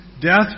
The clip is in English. death